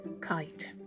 Kite